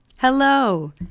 Hello